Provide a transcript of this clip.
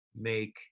make